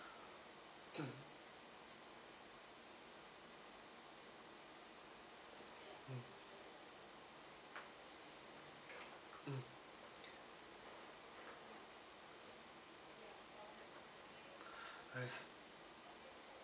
mm mm I see